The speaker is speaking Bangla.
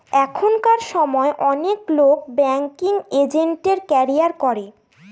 এখনকার সময় অনেক লোক ব্যাঙ্কিং এজেন্টের ক্যারিয়ার করে